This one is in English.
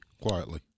quietly